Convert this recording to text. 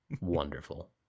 wonderful